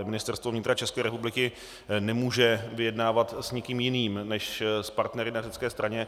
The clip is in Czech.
Ministerstvo vnitra České republiky nemůže vyjednávat s nikým jiným než s partnery na řecké straně.